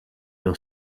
will